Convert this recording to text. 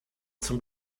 zum